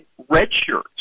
redshirts